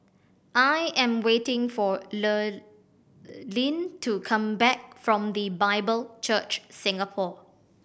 I am waiting for Lurline to come back from The Bible Church Singapore